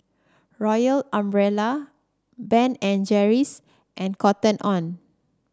Royal Umbrella Ben and Jerry's and Cotton On